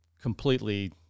completely